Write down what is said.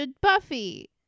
buffy